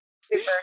Super